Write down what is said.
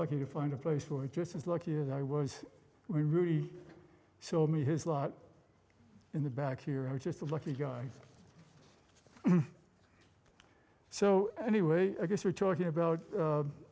lucky to find a place or just as lucky as i was who really showed me his lot in the back here i was just a lucky guy so anyway i guess you're talking about